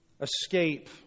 Escape